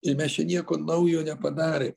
ir mes čia nieko naujo nepadarė